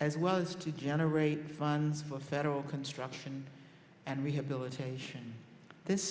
as well as to generate funds for federal construction and rehabilitation this